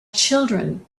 children